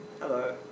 hello